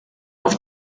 auf